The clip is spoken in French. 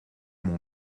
mon